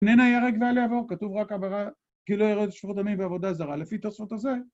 ‫שננה ירק ואל יעבור, כתוב רק הברה, ‫כי לא ירד שפור דמים ועבודה זרה. ‫לפי תוספות הזה...